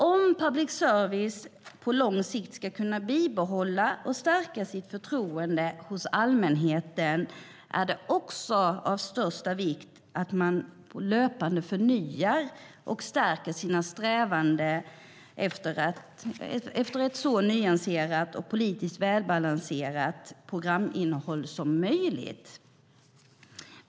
Om public service på lång sikt ska kunna bibehålla och stärka sitt förtroende hos allmänheten är det också av största vikt att man löpande förnyar och stärker sina strävanden efter ett så nyanserat och politiskt välbalanserat programinnehåll som möjligt.